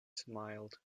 smiled